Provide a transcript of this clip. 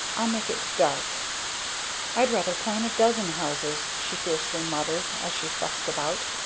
i'll make it dark i'd rather plan a dozen houses! she fiercely muttered, as she fussed about.